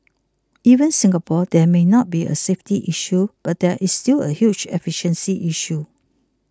even Singapore there may not be a safety issue but there is still a huge efficiency issue